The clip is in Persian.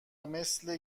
مثل